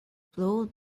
blow